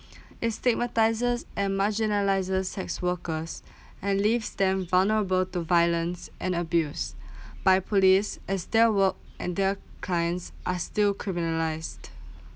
is stigmatises and marginalises sex workers and leaves them vulnerable to violence and abuse by police as their work and their kind are still criminalised